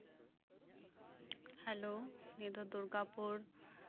hello ᱱᱤᱭᱟᱹ ᱫᱚ ᱫᱩᱨᱜᱟᱯᱩᱨ